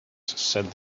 said